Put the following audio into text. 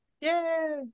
Yay